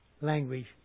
Language